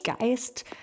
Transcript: Geist